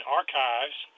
archives